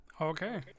okay